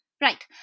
right